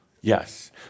yes